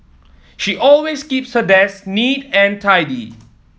she always keeps her desk neat and tidy